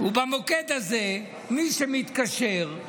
במוקד הזה, מי שמתקשר,